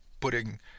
putting